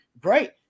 Great